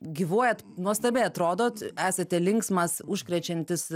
gyvuojat nuostabiai atrodot esate linksmas užkrečiantis